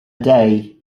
day